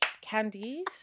Candies